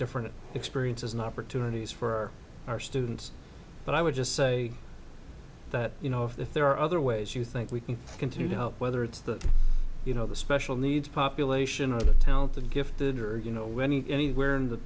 different experiences an opportunity is for our students but i would just say that you know if there are other ways you think we can continue to help whether it's the you know the special needs population of the town the gifted or you know winning anywhere in the